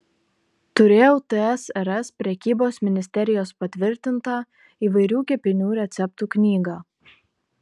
turėjau tsrs prekybos ministerijos patvirtintą įvairių kepinių receptų knygą